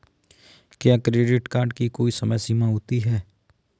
क्या credit card की कोई समय सीमा होती है?